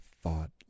thought